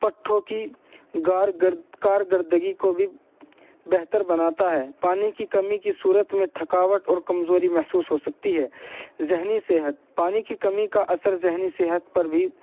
پٹھوں کی کارگردگی کارکردگی کو بھی بہتر بناتا ہے پانی کی کمی کی صورت میں تھکاوٹ اور کمزوری محسوس ہو سکتی ہے ذہنی صحت پانی کی کمی کا اثر ذہنی صحت پر بھی